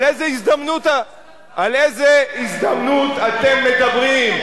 על איזו הזדמנות אתם מדברים?